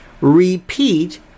repeat